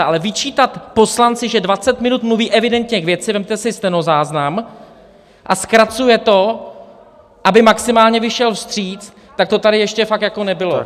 Ale vyčítat poslanci, že dvacet minut mluví evidentně k věci vezměte si stenozáznam a zkracuje to, aby maximálně vyšel vstříc, tak to tady ještě fakt jako nebylo.